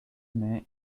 mate